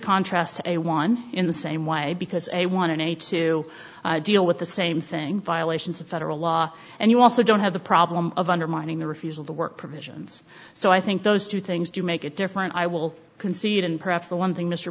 contrast to a one in the same way because a want to a to deal with the same thing violations of federal law and you also don't have the problem of undermining the refusal to work provisions so i think those two things do make it different i will concede and perhaps the one thing mr